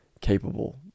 capable